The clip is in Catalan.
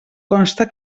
consta